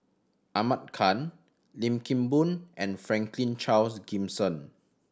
Ahmad Khan Lim Kim Boon and Franklin Charles Gimson